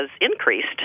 increased